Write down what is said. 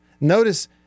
notice